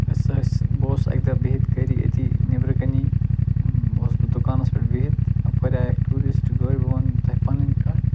أسۍ ہَسا ٲسۍ بہٕ اوسُس اَکہِ دۄہ بِہِتھ گَرِ أتی نیٚبرٕ کَنی اوسُس بہٕ دُکانَس پٮ۪ٹھ بِہِتھ اَپٲرۍ آے اکھ ٹوٗرِسٹ گٲڑۍ بہٕ وَنہٕ تۄہہِ پَنٕنۍ کتھ